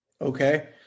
okay